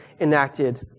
enacted